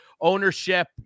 ownership